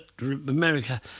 America